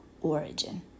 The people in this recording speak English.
origin